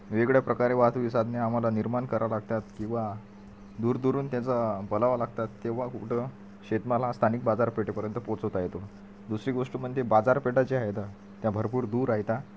वेगळ्या प्रकारे वाहतुकीची साधने आम्हाला निर्माण करावं लागतात किंवा दूरदुरून त्याचा बोलावा लागतात तेव्हा कुठं शेतमाल हा स्थानिक बाजारपेठेपर्यंत पोचवता येतो दुसरी गोष्ट म्हणजे बाजारपेठा ज्या आहेत त्या भरपूर दूर आहेत